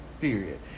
period